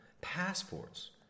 passports